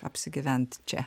apsigyventi čia